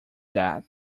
that